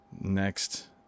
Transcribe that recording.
next